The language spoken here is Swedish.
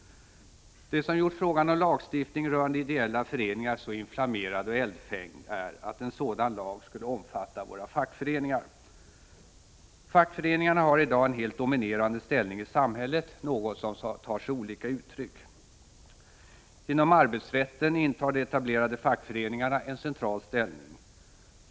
Det som gjort frågan om lagstiftning rörande ideella föreningar så inflammerad och eldfängd är att en sådan lag skulle omfatta våra fackföreningar. Fackföreningarna har i dag en helt dominerande ställning i samhället, något som tar sig olika uttryck. Inom arbetsrätten intar de etablerade fackföreningarna en central ställning.